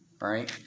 right